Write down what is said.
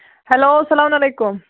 hello اسلام علیکُم